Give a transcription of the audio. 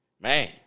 Man